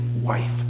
wife